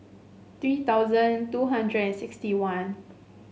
three thousand two hundred and sixty one